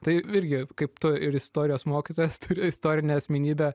tai irgi kaip tu ir istorijos mokytojas turi istorinę asmenybę